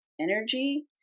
energy